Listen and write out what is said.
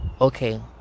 okay